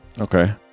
Okay